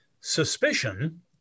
suspicion